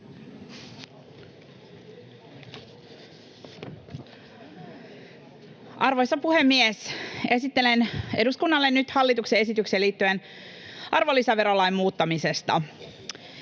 Arvoisa puhemies! Esittelen eduskunnalle nyt hallituksen esityksen liittyen arvonlisäverolain muuttamiseen.